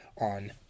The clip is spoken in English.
on